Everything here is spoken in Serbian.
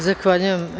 Zahvaljujem.